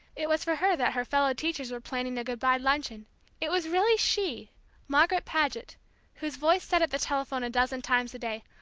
it was for her that her fellow-teachers were planning a good-bye luncheon it was really she margaret paget whose voice said at the telephone a dozen times a day,